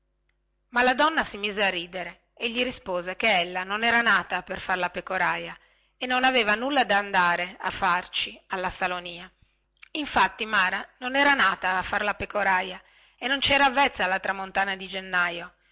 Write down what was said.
ma la donna si mise a ridere e gli rispose che ella non era nata a far la pecoraia e non aveva nulla da andare a farci alla salonia infatti mara non era nata a far la pecoraia e non ci era avvezza alla tramontana di gennaio